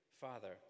Father